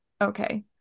okay